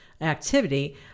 activity